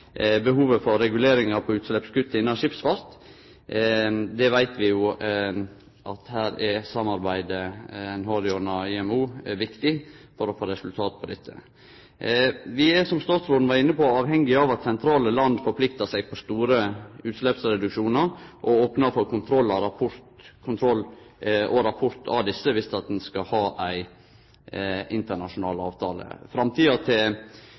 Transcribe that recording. behovet for reguleringar på utsleppskutt innan skipsfart. Der veit vi at det samarbeidet ein har gjennom IMO er viktig for å få resultat. Vi er, som statsråden var inne på, avhengig av at sentrale land forpliktar seg på store utsleppsreduksjonar og opnar for kontroll og rapport av desse dersom ein skal ha ein internasjonal avtale. Framtida til